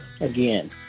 again